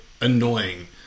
Annoying